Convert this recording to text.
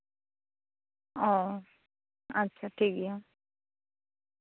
ᱚᱻ ᱟᱪᱪᱷᱟ ᱴᱷᱤᱠ ᱜᱮᱭᱟ